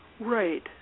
Right